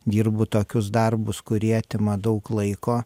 dirbu tokius darbus kurie atima daug laiko